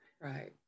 right